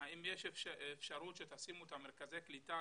האם יש אפשרות שתשימו את מרכזי הקליטה